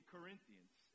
Corinthians